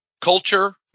culture